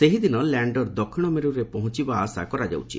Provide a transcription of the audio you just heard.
ସେହିଦିନ ଲ୍ୟାଣ୍ଡର ଦକ୍ଷିଣ ମେରୁରେ ପହଞ୍ଚବା ଆଶା କରାଯାଉଛି